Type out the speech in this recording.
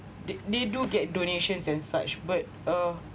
they they do get donations and such but uh